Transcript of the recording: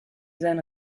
sein